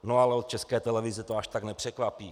No, ale od České televize to až tak nepřekvapí.